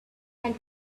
and